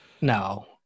No